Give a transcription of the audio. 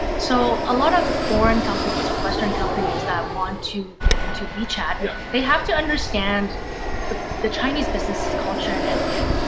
so, a lot of foreign companies, or western companies, that want to get into wechat, ah yeah they have to understand the the chinese business culture and etiquette. yeah